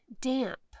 damp